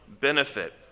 benefit